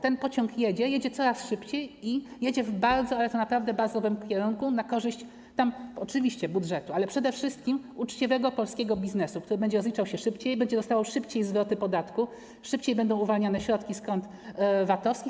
Ten pociąg jedzie, jedzie coraz szybciej i jedzie w bardzo, ale to naprawdę bardzo dobrym kierunku - na korzyść oczywiście budżetu, ale przede wszystkim uczciwego polskiego biznesu, który będzie rozliczał się szybciej, będzie dostawał szybciej zwroty podatku, szybciej będą uwalniane środki z kont VAT-owskich.